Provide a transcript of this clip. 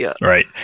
Right